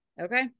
Okay